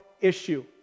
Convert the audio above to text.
issue